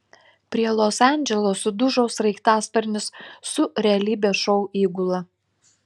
prie los andželo sudužo sraigtasparnis su realybės šou įgula